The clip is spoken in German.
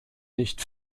nicht